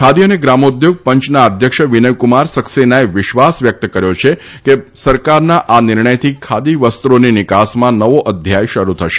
ખાદી અને ગ્રામોદ્યોગ પંચના અધ્યક્ષ વિનયક્રમાર સક્સેનાએ વિશ્વાસ વ્યક્ત કર્યો હતો કે સરકારના આ નિર્ણયથી ખાદી વસ્ત્રોની નિકાસમાં નવો અધ્યાય શરૂ થશે